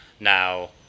Now